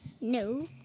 No